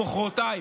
מוחרתיים.